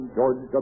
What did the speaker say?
George